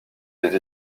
ses